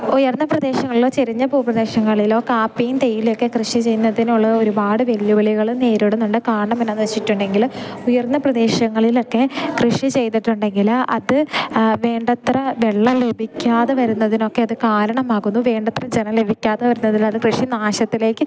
ഉയർന്ന പ്രദേശങ്ങളിലോ ചെരിഞ്ഞ ഭൂപ്രദേശങ്ങളിലോ കാപ്പിയും തേയിലയും ഒക്കെ കൃഷി ചെയ്യുന്നതിനുള്ള ഒരുപാട് വെല്ലുവിളികള് നേരിടുന്നുണ്ട് കാരണം എന്താണെന്ന് വെച്ചിട്ടുണ്ടെങ്കില് ഉയർന്ന പ്രദേശങ്ങളിലൊക്കെ കൃഷി ചെയ്തിട്ടുണ്ടെങ്കില് അത് വേണ്ടത്ര വെള്ളം ലഭിക്കാതെ വരുന്നതിനൊക്കെ അത് കാരണമാകുന്നു വേണ്ടത്ര ജലം ലഭിക്കാതെ വരുന്നതിലത് കൃഷി നാശത്തിലേക്ക്